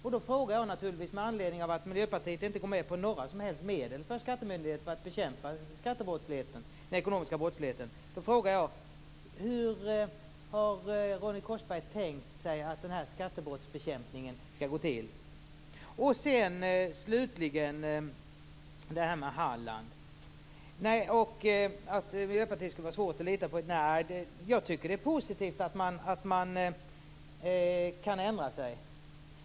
Med anledning av att Miljöpartiet inte går med på några som helst medel till skattemyndigheterna för att bekämpa skattebrottsligheten och den ekonomiska brottsligheten frågar jag naturligtvis: Hur har Ronny Korsberg tänkt sig att skattebrottsbekämpningen skall gå till? Slutligen har vi det här med Halland och att Miljöpartiet skulle vara svårt att lita på. Nej, jag tycker att det är positivt att man kan ändra sig.